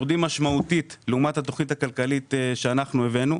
יורדים משמעותית לעומת התכנית הכלכלית שאנחנו הבאנו.